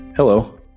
Hello